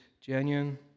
genuine